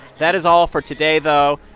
that is all for today, though.